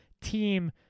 team